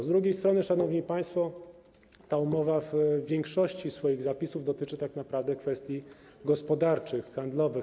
Z drugiej strony, szanowni państwo, ta umowa w większości swoich zapisów dotyczy tak naprawdę kwestii gospodarczych, handlowych.